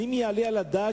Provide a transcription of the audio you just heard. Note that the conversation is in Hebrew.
האם יעלה על הדעת